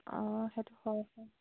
সেইটো হয়